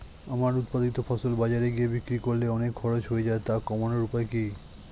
আমার উৎপাদিত ফসল বাজারে গিয়ে বিক্রি করলে অনেক খরচ হয়ে যায় তা কমানোর উপায় কি?